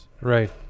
right